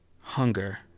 hunger